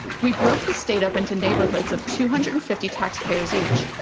we broke the state up into neighborhoods of two hundred and fifty taxpayers each,